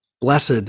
blessed